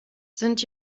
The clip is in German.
sind